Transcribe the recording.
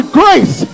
grace